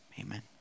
amen